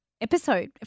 episode